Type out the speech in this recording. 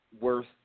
worth